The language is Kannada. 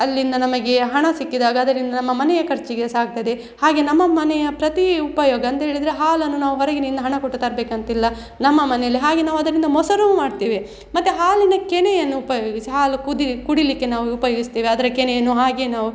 ಅಲ್ಲಿಂದ ನಮಗೆ ಹಣ ಸಿಕ್ಕಿದಾಗ ಅದರಿಂದ ನಮ್ಮ ಮನೆಯ ಖರ್ಚಿಗೆ ಸಹ ಆಗ್ತದೆ ಹಾಗೆ ನಮ್ಮ ಮನೆಯ ಪ್ರತಿ ಉಪಯೋಗ ಅಂತ ಹೇಳಿದರೆ ಹಾಲನ್ನು ನಾವು ಹೊರಗಿನಿಂದ ಹಣ ಕೊಟ್ಟು ತರಬೇಕಂತಿಲ್ಲ ನಮ್ಮ ಮನೆಯಲ್ಲಿ ಹಾಗೆ ನಾವು ಅದರಿಂದ ಮೊಸರು ಮಾಡ್ತೇವೆ ಮತ್ತೆ ಹಾಲಿನ ಕೆನೆಯನ್ನು ಉಪಯೋಗಿಸಿ ಹಾಲು ಕುದಿ ಕುಡಿಯಲಿಕ್ಕೆ ನಾವು ಉಪಯೋಗಿಸ್ತೇವೆ ಅದರ ಕೆನೆಯನ್ನು ಹಾಗೆ ನಾವು